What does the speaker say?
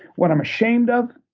what i'm ashamed of,